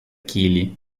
chili